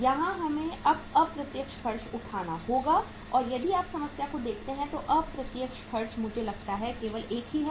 यहां हमें अब अप्रत्यक्ष खर्च उठाना होगा और यदि आप समस्या को देखते हैं तो अप्रत्यक्ष खर्च मुझे लगता है कि केवल एक ही है